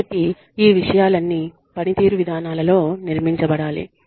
కాబట్టి ఈ విషయాలన్నీ పనితీరు విధానాలలో నిర్మించబడాలి